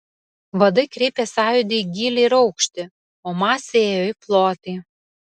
vadai kreipė sąjūdį į gylį ir aukštį o masė ėjo į plotį